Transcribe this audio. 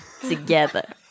together